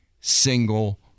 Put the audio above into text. single